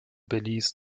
belize